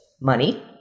money